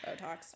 Botox